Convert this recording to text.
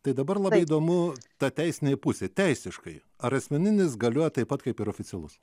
tai dabar labai įdomu ta teisinė pusė teisiškai ar asmeninis galioja taip pat kaip ir oficialus